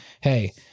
hey